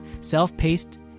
self-paced